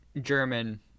German